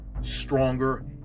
stronger